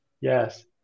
Yes